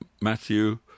Matthew